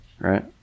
right